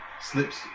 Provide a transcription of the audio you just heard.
slips